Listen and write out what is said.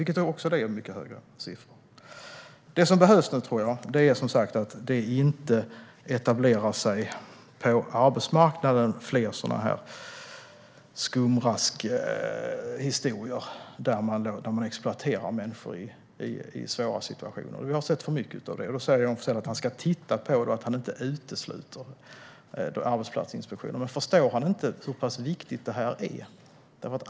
Jag tror att det som nu behövs är att det på arbetsmarknaden inte etablerar sig fler skumraskhistorier där man exploaterar människor som befinner sig i en svår situation. Vi har sett för mycket av det. Då säger Johan Forssell att han ska titta på detta och att han inte utesluter arbetsplatsinspektioner. Men förstår han inte hur pass viktigt detta är?